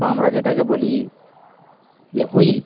বা আমরা যেটাকে বলি যে হুইল